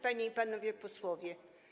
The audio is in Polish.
Panie i Panowie Posłowie!